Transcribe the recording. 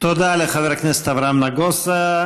תודה לחבר הכנסת אברהם נגוסה.